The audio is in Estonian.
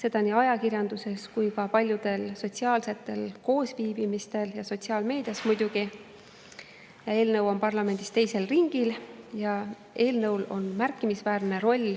seda ajakirjanduses, paljudel sotsiaalsetel koosviibimistel ja muidugi sotsiaalmeedias. Eelnõu on parlamendis teisel ringil ja eelnõul on märkimisväärne roll